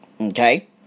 okay